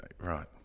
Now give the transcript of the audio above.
right